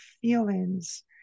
feelings